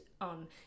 on